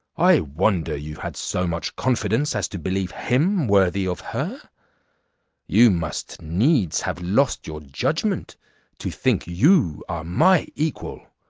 i wonder you had so much confidence as to believe him worthy of her you must needs have lost your judgment to think you are my equal,